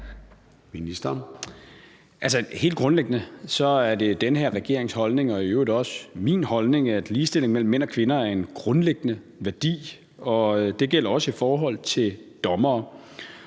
Helt grundlæggende er det den her regerings holdning og i øvrigt også min holdning, at ligestilling mellem mænd og kvinder er en grundlæggende værdi, og det gælder også i forhold til dommere.